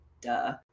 duh